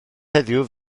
heddiw